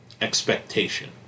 expectation